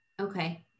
Okay